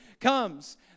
comes